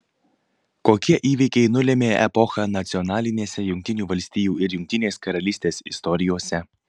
kokie įvykiai nulėmė epochą nacionalinėse jungtinių valstijų ir jungtinės karalystės istorijose